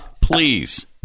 please